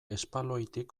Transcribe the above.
espaloitik